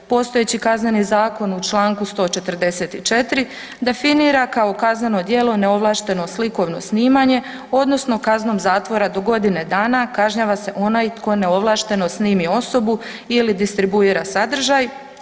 Postojeći KZ u čl. 144. definira kao kazneno djelo neovlašteno slikovno snimanje odnosno kaznom zatvora do godine dana kažnjava se onaj tko neovlašteno snimi osobu ili distribuira sadržaj.